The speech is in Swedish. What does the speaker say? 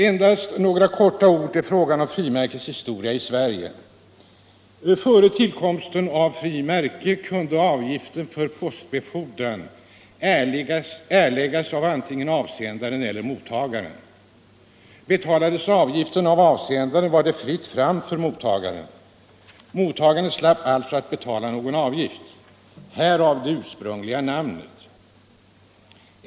Endast några ord till frågan om frimärkets historia i Sverige: Före tillkomsten av frimärket kunde avgiften för postbefordran erläggas av antingen avsändaren eller mottagaren. Betalades avgiften av avsändaren, var det fritt fram för mottagaren. Mottagaren slapp alltså betala någon avgift. Härav det ursprungliga namnet.